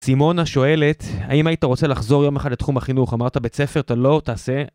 סימונה שואלת, האם היית רוצה לחזור יום אחד לתחום החינוך, אמרת בית ספר, אתה לא, תעשה.